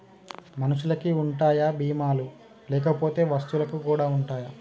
మనుషులకి ఉంటాయా బీమా లు లేకపోతే వస్తువులకు కూడా ఉంటయా?